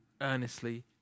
earnestly